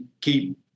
keep